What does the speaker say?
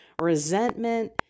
resentment